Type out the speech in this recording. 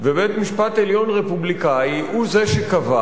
ובית-משפט עליון רפובליקני הוא שקבע